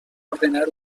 ordenar